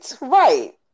right